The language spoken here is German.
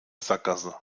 sackgasse